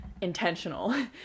intentional